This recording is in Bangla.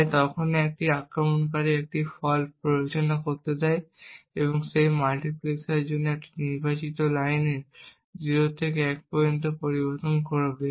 তাই যখনই একজন আক্রমণকারী একটি ফল্ট প্ররোচিত করতে চায় সে এই মাল্টিপ্লেক্সারের জন্য এই নির্বাচিত লাইনের মান 0 থেকে 1 পর্যন্ত পরিবর্তন করবে